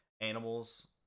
animals